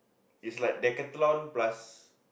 it's like decathlon plus